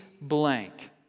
blank